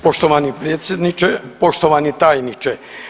Poštovani predsjedniče, poštovani tajniče.